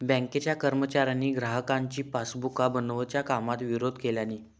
बँकेच्या कर्मचाऱ्यांनी ग्राहकांची पासबुका बनवच्या कामाक विरोध केल्यानी